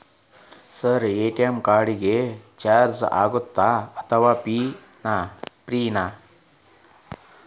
Sir ATM card ಗೆ charge ಆಗುತ್ತಾ ಅಥವಾ ಫ್ರೇ ನಾ?